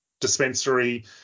dispensary